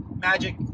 magic